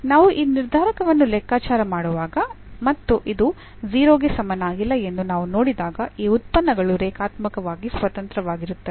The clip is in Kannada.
ನಾವು ಈ ನಿರ್ಧಾರಕವನ್ನು ಲೆಕ್ಕಾಚಾರ ಮಾಡಿದಾಗ ಮತ್ತು ಇದು 0 ಗೆ ಸಮನಾಗಿಲ್ಲ ಎಂದು ನಾವು ನೋಡಿದಾಗ ಈ ಉತ್ಪನ್ನಗಳು ರೇಖಾತ್ಮಕವಾಗಿ ಸ್ವತಂತ್ರವಾಗಿರುತ್ತವೆ